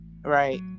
Right